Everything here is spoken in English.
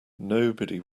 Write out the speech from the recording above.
nobody